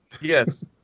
yes